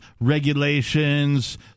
regulations